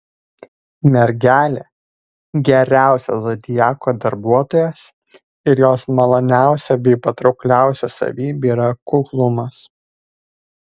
mergelė geriausias zodiako darbuotojas ir jos maloniausia bei patraukliausia savybė yra kuklumas